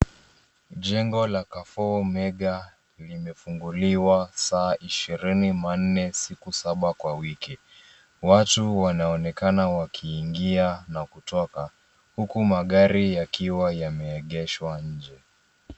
Jengo la Carrefour Mega limefunguliwa saa 24 siku 7 kwa wiki. Watu wanaonekana wakiingia na kutoka huku magari yakiwa yameegeshwa nje.